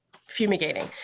fumigating